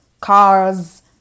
cars